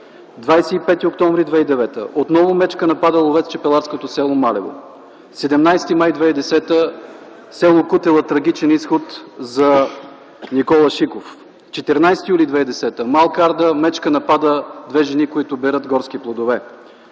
октомври 2009 г. отново мечка напада ловец в чепеларското село Малево, 17 май 2010 г. в с. Кутела трагичен изход за Никола Шиков, 14 юли 2010 г., в Малка Арда мечка напада две жени, които берат горски плодове.